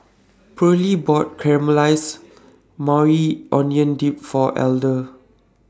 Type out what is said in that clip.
Pearlie bought Caramelized Maui Onion Dip For Elder